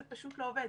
זה פשוט לא עובד.